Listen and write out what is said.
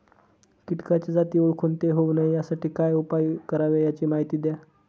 किटकाच्या जाती ओळखून ते होऊ नये यासाठी काय उपाय करावे याची माहिती द्या